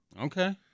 Okay